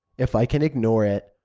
if i can ignore it,